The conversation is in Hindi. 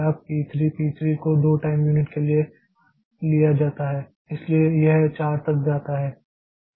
अब P 3 P 3 को 2 टाइम यूनिट के लिए लिया जाता है इसलिए यह 4 तक जाता है